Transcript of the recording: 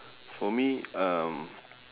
for me um